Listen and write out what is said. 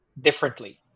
differently